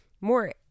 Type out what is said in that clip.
more